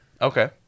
Okay